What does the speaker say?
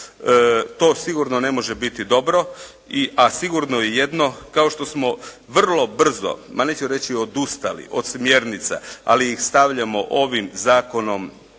To sigurno ne može biti dobro, a sigurno je jedno kao što smo vrlo brzo, ma neću reći odustali od smjernica, ali ih stavljamo ovim zakonom